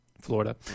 Florida